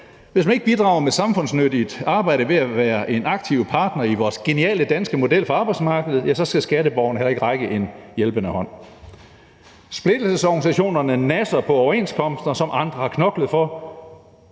Hvis man ikke bidrager med samfundsnyttigt arbejde ved at være en aktiv partner i vores geniale danske model for arbejdsmarkedet, skal skatteborgerne heller ikke række en hjælpende hånd. Splittelsesorganisationerne nasser på overenskomster, som andre har knoklet for,